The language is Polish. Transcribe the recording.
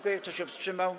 Kto się wstrzymał?